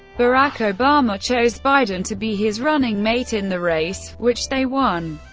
barack obama chose biden to be his running mate in the race, which they won.